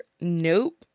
Nope